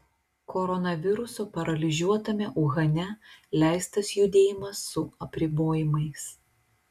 koronaviruso paralyžiuotame uhane leistas judėjimas su apribojimais